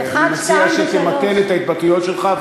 אני מציע שתמתן את ההתבטאויות שלך,